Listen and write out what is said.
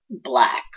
black